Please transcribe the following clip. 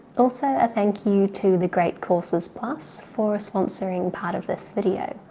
also a thank you to the great courses plus for sponsoring part of this video.